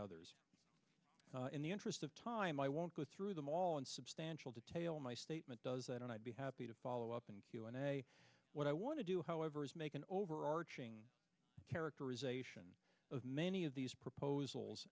others in the interest of time i won't go through them all in substantial detail my statement does that and i'd be happy to follow up and q and a what i want to do however is make an overarching characterization of many of these proposals